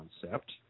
concept